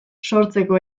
sortzeko